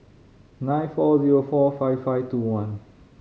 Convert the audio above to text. nine four zero four five five two one